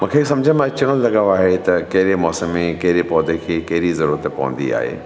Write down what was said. मूंखे समुझ में अचणु लॻो आहे त कहिड़े मौसम में कहिड़े पौधे खे कहिड़ी ज़रूरत पवंदी आहे